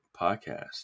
podcast